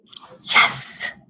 Yes